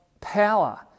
power